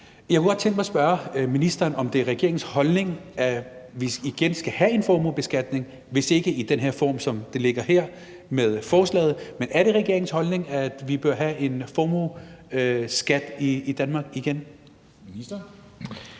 Jeg kunne godt tænke mig at spørge ministeren, om det er regeringens holdning, at vi igen skal have en formuebeskatning, om end det ikke er i den her form, som ligger i forslaget. Men er det regeringens holdning, at vi bør have en formueskat i Danmark igen? Kl.